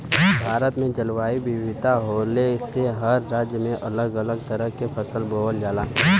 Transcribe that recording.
भारत में जलवायु विविधता होले से हर राज्य में अलग अलग तरह के फसल बोवल जाला